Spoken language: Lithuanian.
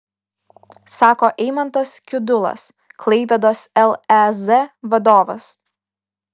sako eimantas kiudulas klaipėdos lez vadovas